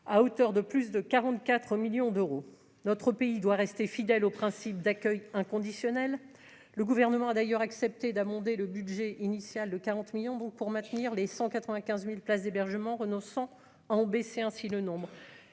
à hauteur de plus de 44 millions d'euros, notre pays doit rester fidèle au principe d'accueil inconditionnel, le gouvernement a d'ailleurs accepté d'amender le budget initial de 40 millions pour maintenir les 195000 places d'hébergement Renault 100 ans baisser ainsi le nombre,